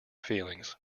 feelings